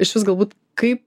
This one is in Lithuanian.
išvis galbūt kaip